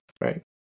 right